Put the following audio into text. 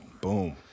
Boom